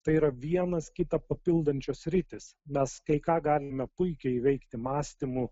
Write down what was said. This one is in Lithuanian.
tai yra vienas kitą papildančios sritys mes kai ką galime puikiai įveikti mąstymu